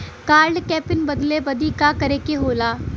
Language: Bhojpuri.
कार्ड क पिन बदले बदी का करे के होला?